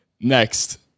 Next